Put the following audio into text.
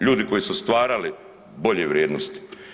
Ljudi koji su stvarali bolje vrijednosti.